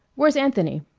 where's anthony?